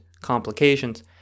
complications